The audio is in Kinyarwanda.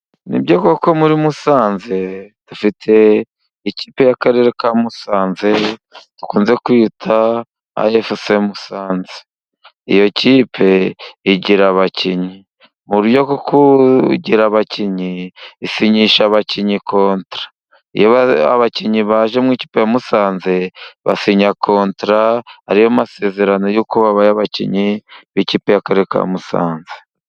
Ni byo koko muri Musanze dufite ikipe y'akarere ka Musanze dukunze kwita Afuse Musanze . Iyo kipe igira abakinnyi . Mu buryo bwo kugira abakinnyi isinyisha abakinnyi kontara abakinnyi baje mu ikipe ya Musanze basinya kontara ari yo masezerano yo kuba abakinnyi b'ikipe y'akarere ka Musanze.